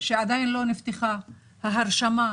שעדיין לא נפתחה ההרשמה,